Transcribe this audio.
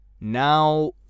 now